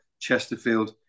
Chesterfield